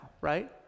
right